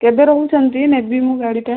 କେବେ ରହୁଛନ୍ତି ନେବି ମୁଁ ଗାଡ଼ିଟା